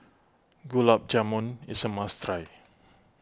Gulab Jamun is a must try